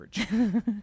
average